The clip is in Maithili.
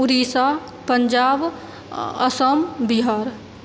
उड़ीसा पञ्जाब असम बिहार